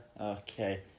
okay